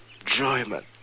enjoyment